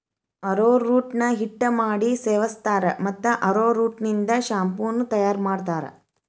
arrowroot ನ ಹಿಟ್ಟ ಮಾಡಿ ಸೇವಸ್ತಾರ, ಮತ್ತ ಅರೋರೂಟ್ ನಿಂದ ಶಾಂಪೂ ನು ತಯಾರ್ ಮಾಡ್ತಾರ